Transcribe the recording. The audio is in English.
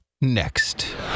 next